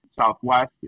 Southwest